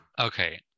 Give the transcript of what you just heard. okay